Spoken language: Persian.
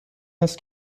است